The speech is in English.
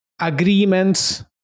agreements